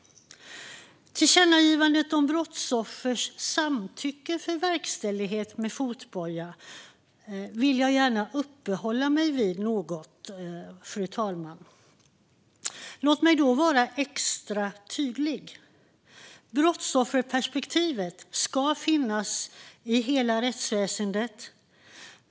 Tillkännagivandet om brottsoffers samtycke för verkställighet med fotboja vill jag gärna uppehålla mig vid något, fru talman. Låt mig vara extra tydlig: Brottsofferperspektivet ska finnas i hela rättsväsendet.